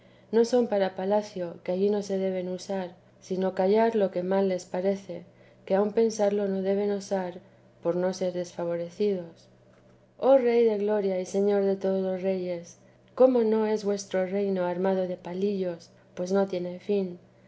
no son para palacio que allí no se deben usar sino callar lo que mal les parece que aun pensarlo no deben osar por no ser desfavorecido dios oh rey de gloria y señor de todos los reyes cómo no es vuestro reino armado de palillos pues no tiene fin